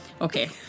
Okay